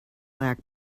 lack